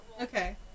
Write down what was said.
Okay